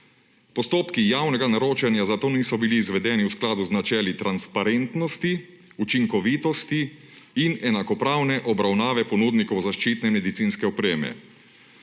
Postopki javnega naročanja zato niso bili izvedeni v skladu z načeli transparentnosti, učinkovitosti in enakopravne obravnave ponudnikov zaščitne medicinske opreme.